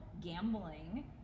gambling